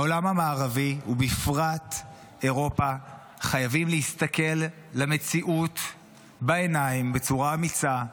העולם המערבי ובפרט אירופה חייבים להסתכל למציאות בעיניים בצורה אמיצה,